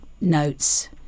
notes